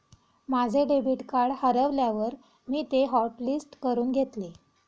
माझे debit card हरवल्यावर मी ते हॉटलिस्ट करून घेतले